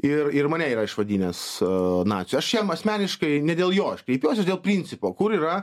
ir ir mane yra išvadinęs a naciu aš jam asmeniškai ne dėl jo aš kreipiuosi dėl principo kur yra